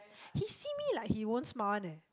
he see me like he won't smile one leh